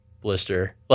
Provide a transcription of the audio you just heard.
blister